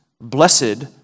blessed